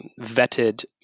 vetted